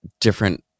different